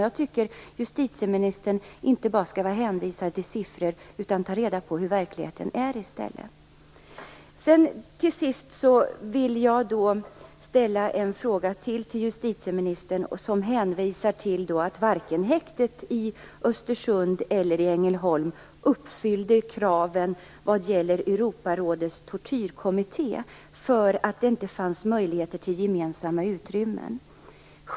Jag tycker att justitieministern inte bara skall hänvisa till siffror utan ta reda på hur verkligheten ser ut i stället. Till sist vill jag ta upp ytterligare en fråga. Justitieministern hänvisar till att varken häktet i Östersund eller häktet i Ängelholm uppfyllde kraven från Europarådets tortyrkommitté på grund av att det inte fanns gemensamma utrymmen.